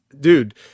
Dude